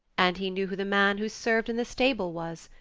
and he knew who the man who served in the stable was.